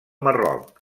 marroc